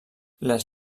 les